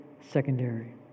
secondary